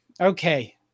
Okay